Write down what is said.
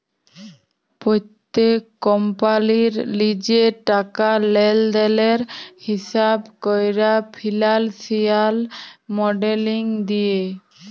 প্যত্তেক কম্পালির লিজের টাকা লেলদেলের হিঁসাব ক্যরা ফিল্যালসিয়াল মডেলিং দিয়ে